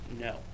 No